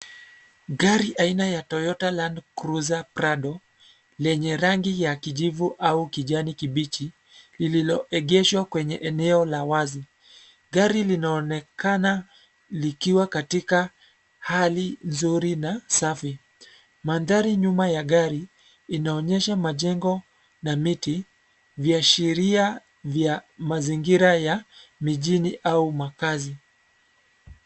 Gari aina ya Toyota Landcruiser Prado , lenye rangi ya kijivu au kijani kibichi, lililoegeshwa kwenye eneo la wazi, gari linaonekana, likiwa katika, hali nzuri na safi, mandhari nyuma ya gari, inaonyesha majengo, na miti, viashiria, vya, mazingira ya, mijini au makazi.